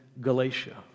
Galatia